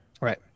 Right